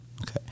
Okay